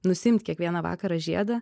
nusiimt kiekvieną vakarą žiedą